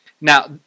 Now